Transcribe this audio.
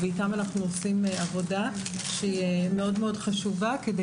ואיתם אנחנו עושים עבודה שהיא מאוד חשובה כדי